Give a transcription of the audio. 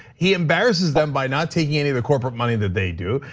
he embarrasses them by not taking any of the corporate money that they do.